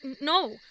No